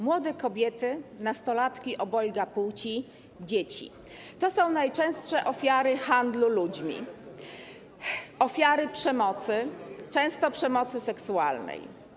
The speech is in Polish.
Młode kobiety, nastolatki obojga płci, dzieci - to są najczęstsze ofiary handlu ludźmi, ofiary przemocy, często przemocy seksualnej.